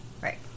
Right